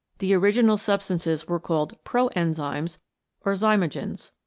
the original sub stances were called pro-enzymes or zymogens.